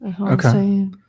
okay